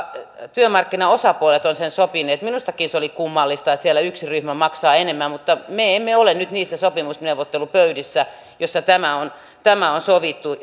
työmarkkinaosapuolet ovat sen sopineet minustakin se oli kummallista että siellä yksi ryhmä maksaa enemmän mutta me emme ole nyt niissä sopimusneuvottelupöydissä joissa tämä on tämä on sovittu